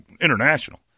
international